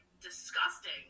disgusting